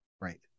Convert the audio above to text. Right